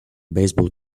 baseball